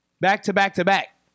back-to-back-to-back